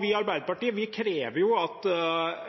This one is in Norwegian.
Vi i Arbeiderpartiet krever at